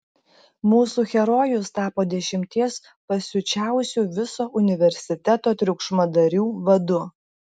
mūsų herojus tapo dešimties pasiučiausių viso universiteto triukšmadarių vadu